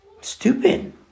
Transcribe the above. Stupid